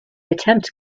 attempt